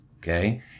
Okay